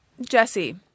Jesse